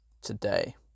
today